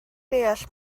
deall